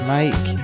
make